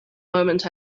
moment